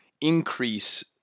increase